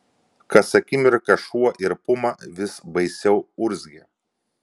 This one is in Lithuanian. kas akimirką šuo ir puma vis baisiau urzgė